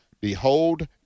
Behold